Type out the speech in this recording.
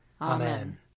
Amen